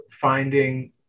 finding